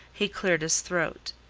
he cleared his throat.